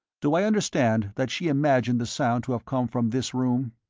do i understand that she imagined the sound to have come from this room?